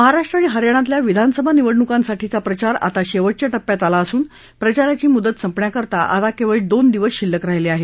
महाराष्ट्र आणि हरियाणातल्या विधानसभा निवडणूकांसाठीचा प्रचार आता शेवटच्या टप्प्यात आला असून प्रचाराची मुदत संपण्याकरता आता केवळ दोन दिवस शिल्लक राहिले आहेत